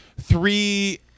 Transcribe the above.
three